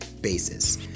basis